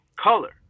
color